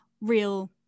real